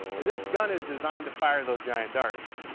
and this gun is designed to fire those giant darts.